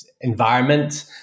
environment